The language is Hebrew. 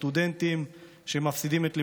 הם סטודנטים שמפסידים את לימודיהם,